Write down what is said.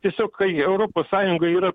tiesiog kai europos sąjunga yra